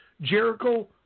Jericho